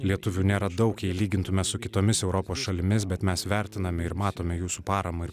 lietuvių nėra daug jei lygintume su kitomis europos šalimis bet mes vertiname ir matome jūsų paramą ir